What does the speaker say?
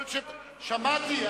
שמעתי.